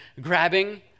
grabbing